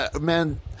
man